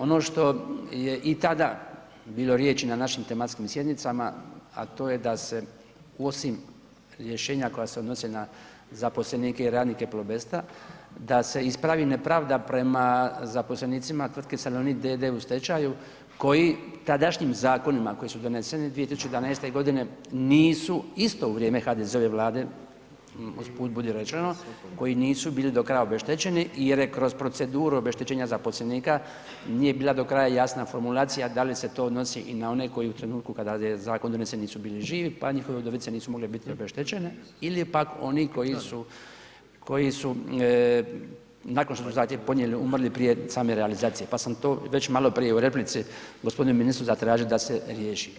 Ono što je i tada bilo riječ na našim tematskim sjednicama, a to je da se osim rješenja koja se odnose na zaposlenike i radnike „Plobesta“ da se ispravi nepravda prema zaposlenicima Tvrtke „Salonit d.d.“ u stečaju koji tadašnjim zakonima koji su doneseni 2011. godine nisu isto u vrijeme HDZ-ove vlade, uz put budi rečeno, koji nisu bili do kraja obeštećeni jer je kroz proceduru obeštećenja zaposlenika nije bila do kraja jasna formulacija da li se to odnosi i na one koji u trenutku kada je zakon donesen nisu bili živi pa njihove udovice nisu mogle biti obeštećene ili pak oni koji su nakon što su zahtjev podnijeli umrli prije same realizacije, pa sam to već malo prije u replici gospodinu ministru zatražio da se riješi.